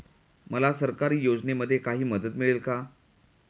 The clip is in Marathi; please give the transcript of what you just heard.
मला सरकारी योजनेमध्ये काही मदत मिळेल का?